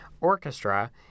Orchestra